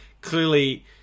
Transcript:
Clearly